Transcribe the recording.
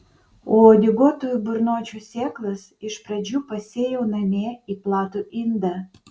o uodeguotųjų burnočių sėklas iš pradžių pasėjau namie į platų indą